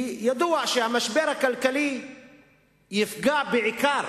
כי ידוע שהמשבר הכלכלי יפגע בעיקר